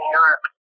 Europe